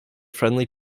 friendly